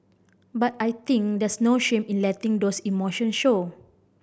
but I think there's no shame in letting those emotions show